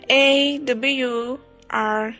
awr